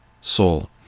soul